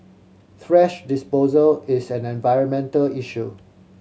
thrash disposal is an environmental issue